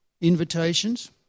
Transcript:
invitations